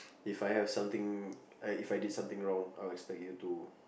If I have something like If I did something wrong I'll expect you to